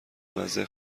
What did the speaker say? مزه